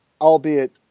albeit